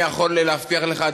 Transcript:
אני יכול להבטיח לך,